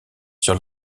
sur